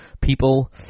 people